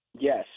Yes